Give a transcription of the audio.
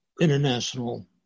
international